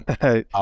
Hey